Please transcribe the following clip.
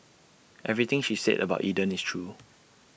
everything she said about Eden is true